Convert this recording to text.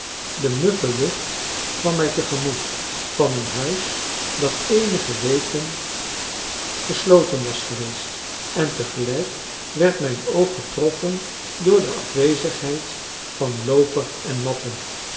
de muffe lucht kwam mij tegemoet van een huis dat eenige weken gesloten was geweest en te gelijk werd mijn oog getroffen door de afwezigheid van looper en matten